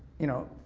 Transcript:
you know.